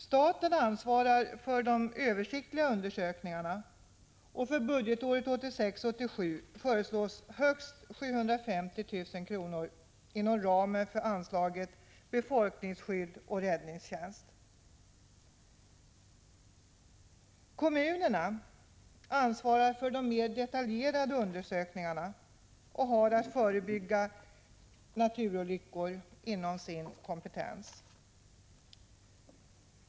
Staten Kommunerna ansvarar för de mer detaljerade undersökningarna och har att inom sitt kompetensområde förebygga naturolyckor.